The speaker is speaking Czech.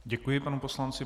Děkuji panu poslanci.